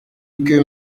que